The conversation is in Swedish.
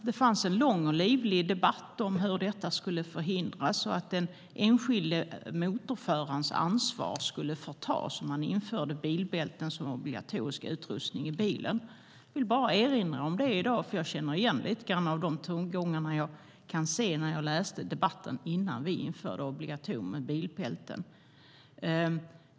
Det fanns en lång och livlig debatt om hur det skulle medföra att den enskilde motorförarens ansvar skulle förtas om man införde bilbälten som obligatorisk utrustning i bilar. Jag vill bara erinra om det i dag, för jag känner igen lite grann av tongångarna från debatten som vi hade innan vi införde bilbälten som obligatorium.